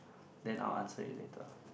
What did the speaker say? then I'll answer it later